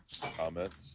Comments